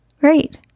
great